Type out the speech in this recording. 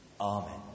Amen